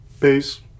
Peace